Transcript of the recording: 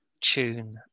tune